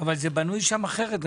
זה בנוי שם אחרת.